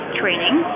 training